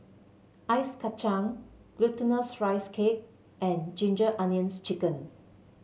Ice Kacang Glutinous Rice Cake and Ginger Onions chicken